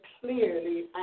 clearly